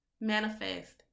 Manifest